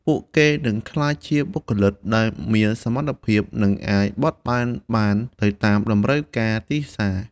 ពួកគេនឹងក្លាយជាបុគ្គលិកដែលមានសមត្ថភាពនិងអាចបត់បែនបានទៅតាមតម្រូវការទីផ្សារ។